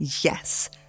Yes